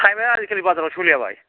थायबाया आजिखालि बाजाराव सोलिया बाइ